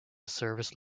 service